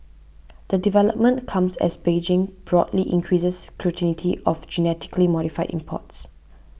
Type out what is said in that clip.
the development comes as Beijing broadly increases scrutiny of genetically modified imports